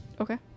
Okay